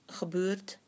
gebeurt